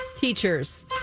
teachers